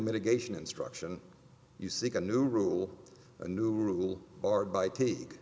mitigation instruction you seek a new rule a new rule or by take